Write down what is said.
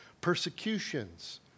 persecutions